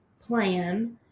plan